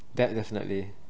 that definitely